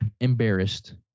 Embarrassed